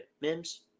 Mims